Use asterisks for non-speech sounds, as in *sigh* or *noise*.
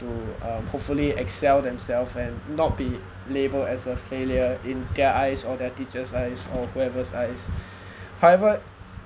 to hopefully excel themselves and not be labelled as a failure in their eyes or their teachers' eyes or whoever's eyes *breath* however